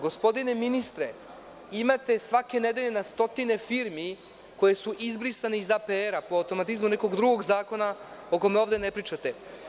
Gospodine ministre, imate svake nedelje na stotine firmi koje su izbrisane iz APR po automatizmu nekog drugog zakona o kome ovde ne pričate.